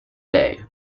day